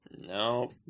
No